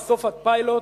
או סוף הפיילוט,